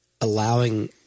allowing